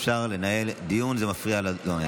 אי-אפשר לנהל דיון, זה מפריע לנואם.